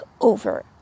over